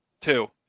two